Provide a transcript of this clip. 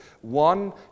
one